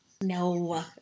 No